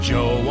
Joe